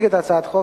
ההודעה התקבלה.